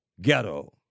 ghetto